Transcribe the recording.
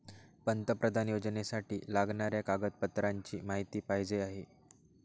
पंतप्रधान योजनेसाठी लागणाऱ्या कागदपत्रांची माहिती पाहिजे आहे